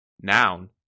noun